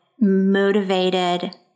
motivated